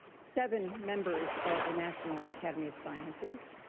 seven members of the national academy of sciences,